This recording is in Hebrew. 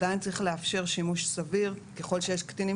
עדיין צריך לאפשר שימוש סביר ככל שיש קטינים